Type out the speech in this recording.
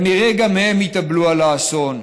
כנראה גם הם התאבלו על האסון.